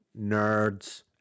nerds